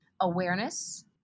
awareness